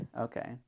Okay